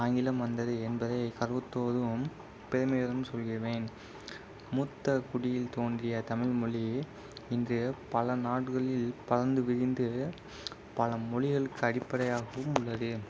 ஆங்கிலம் வந்தது என்பதை கர்வத்தோடும் பெருமிதமாகவும் சொல்லுவேன் மூத்த குடியில் தோன்றிய தமிழ்மொழி இன்று பல நாடுகளில் பறந்து விரிந்து பல மொழிகளுக்கு அடிப்படையாகவும் உள்ளது